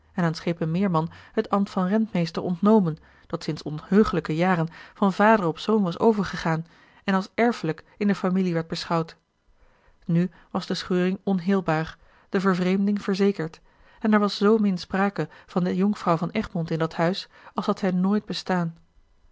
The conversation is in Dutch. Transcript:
en aan schepen meerman het ambt van rentmeester ontnomen dat sinds onheugelijke jaren van vader op zoon was overgegaan en als erfelijk in de familie werd beschouwd nu was de scheuring onheelbaar de vervreemding verzekerd en er was zoomin sprake van de jonkvrouw van egmond in dat huis als had zij nooit bestaan